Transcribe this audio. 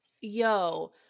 Yo